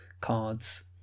cards